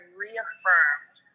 reaffirmed